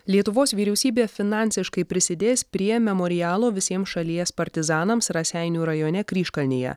lietuvos vyriausybė finansiškai prisidės prie memorialo visiems šalies partizanams raseinių rajone kryžkalnyje